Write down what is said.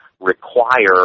require